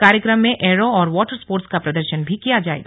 कार्यक्रम में एयरो और वाटर स्पोर्ट्स का प्रदर्शन भी किया जायेगा